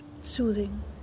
soothing